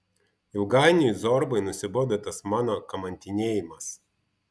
ilgainiui zorbai nusibodo tas mano kamantinėjimas